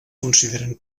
consideren